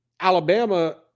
Alabama